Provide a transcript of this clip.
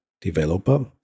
developer